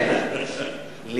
אדוני היושב-ראש,